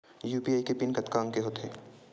UPI के PIN कतका अंक के होथे?